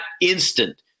instant